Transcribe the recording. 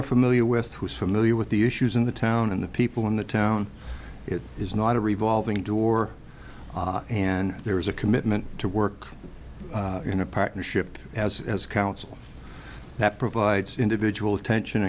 are familiar with who is familiar with the issues in the town and the people in the town it is not a revolving door and there is a commitment to work in a partnership as as counsel that provides individual attention